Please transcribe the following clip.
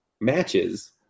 matches